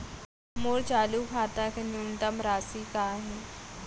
मोर चालू खाता के न्यूनतम राशि का हे?